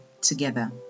together